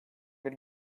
bir